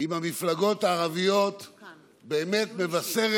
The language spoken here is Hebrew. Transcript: עם המפלגות הערביות באמת מבשרים